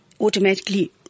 Automatically